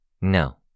No